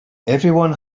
everyone